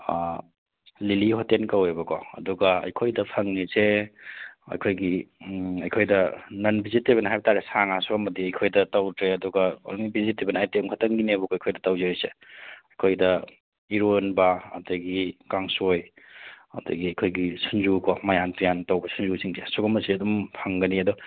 ꯂꯤꯂꯤ hotel ꯀꯧꯋꯦꯕꯀꯣ ꯑꯗꯨꯒ ꯑꯩꯈꯣꯏꯗ ꯐꯪꯂꯤꯁꯦ ꯑꯩꯈꯣꯏꯒꯤ ꯑꯩꯈꯣꯏꯗ ꯅꯟ ꯚꯦꯖꯤꯇꯦꯕꯜ ꯍꯥꯏꯕ ꯇꯥꯔꯦ ꯁꯥ ꯉꯥ ꯁꯨꯝꯕꯗꯤ ꯑꯩꯈꯣꯏꯗ ꯇꯧꯗ꯭ꯔꯦ ꯑꯗꯨꯒ ꯑꯣꯡꯂꯤ ꯚꯦꯖꯤꯇꯦꯕꯜ ꯑꯥꯏꯇꯦꯝ ꯈꯛꯇꯪꯒꯤꯅꯤꯕꯀꯣ ꯑꯩꯈꯣꯏꯗ ꯇꯧꯖꯔꯤꯁꯦ ꯑꯩꯈꯣꯏꯗ ꯏꯔꯣꯟꯕ ꯑꯗꯒꯤ ꯀꯥꯡꯁꯣꯏ ꯑꯗꯒꯤ ꯑꯩꯈꯣꯏꯒꯤ ꯁꯤꯡꯖꯨ ꯀꯣ ꯃꯌꯥꯟ ꯇꯨꯌꯥꯟ ꯇꯧꯕ ꯁꯤꯡꯖꯨꯁꯤꯡꯁꯦ ꯁꯨꯒꯨꯝꯕꯁꯦ ꯑꯗꯨꯝ ꯐꯪꯒꯅꯤ ꯑꯗꯣ